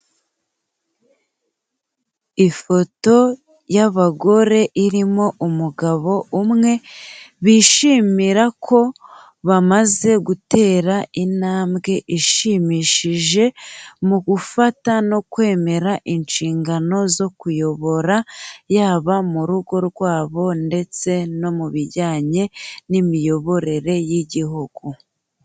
Ifoto y'abagore irimo umugabo umwe, bishimira ko bamaze gutera intambwe ishimishije mu gufata no kwemera inshingano zo kuyobora, yaba mu rugo rwabo ndetse no mu bijyanye n'imiyoborere y'igihugu.